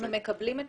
אנחנו מקבלים את